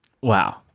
wow